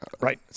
right